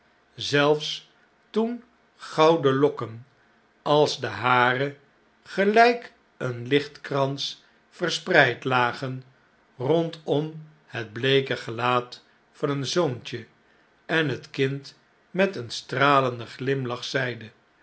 zelfs toen gouden lokken als de hare gelyk een lichtkrans verspreid lagen rondpm het bleeke gelaat van een zoontje en het kind met een stralende glimlach zeide